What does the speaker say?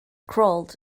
crawled